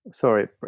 Sorry